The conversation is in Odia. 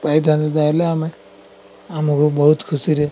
ପାଇଥାନ୍ତୁ ତାହେଲେ ଆମେ ଆମକୁ ବହୁତ ଖୁସିରେ